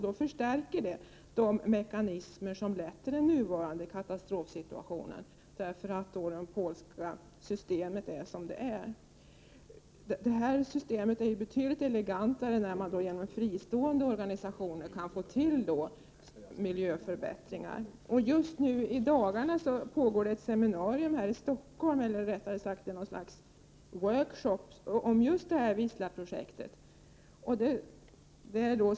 Det förstärker de mekanismer som lett till nuvarande katastrofsituation, därför att det polska systemet är som det är. Det är ju betydligt elegantare när man genom fristående organisationer kan få till stånd miljöförbättringar. Just i dagarna pågår ett slags workshop här i Stockholm om just Wisla-projektet.